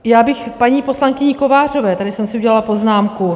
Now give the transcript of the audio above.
Já bych paní poslankyni Kovářové, tady jsem si udělala poznámku.